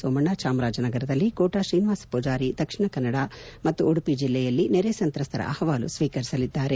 ಸೋಮಣ್ಣ ಚಾಮರಾಜನಗರದಲ್ಲಿ ಕೋಟ ಶ್ರೀನಿವಾಸ ಪೂಜಾರಿ ದಕ್ಷಿಣ ಕನ್ನಡ ಮತ್ತು ಉಡುಪಿ ಜಲ್ಲೆಯಲ್ಲಿ ನೆರೆ ಸಂತ್ರಸ್ತರ ಅಹವಾಲು ಸ್ವೀಕರಿಸಲಿದ್ದಾರೆ